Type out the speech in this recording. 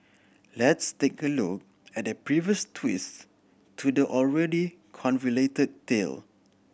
let's take a look at the previous twists to the already convoluted tale